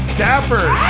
Stafford